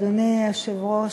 אדוני היושב-ראש,